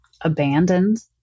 abandoned